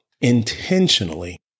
intentionally